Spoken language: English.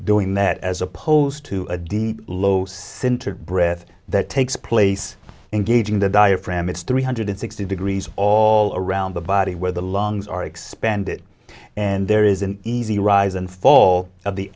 doing that as opposed to a deep los sintered breath that takes place in gauging the diaphragm it's three hundred sixty degrees all around the body where the lungs are expanded and there is an easy rise and fall of the